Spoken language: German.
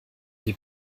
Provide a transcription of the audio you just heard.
die